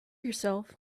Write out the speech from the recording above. yourself